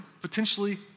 potentially